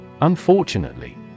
Unfortunately